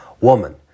Woman